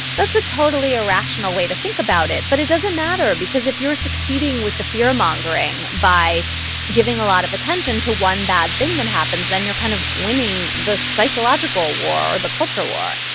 that's a totally irrational way to think about it, but it doesn't matter because if you're succeeding with the fearmongering by giving a lot of attention to one bad thing that happens, then you're kind of winning the psychological war or the culture war